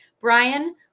Brian